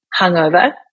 hungover